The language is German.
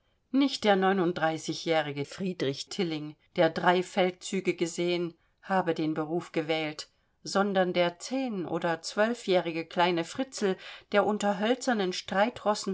nicht der neununddreißigjährige friedrich tilling der drei feldzüge gesehen habe den beruf gewählt sondern der zehn oder zwölfjährige kleine fritzl der unter